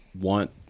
want